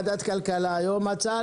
אני מתכבד לפתוח את ישיבת ועדת הכלכלה בהצעה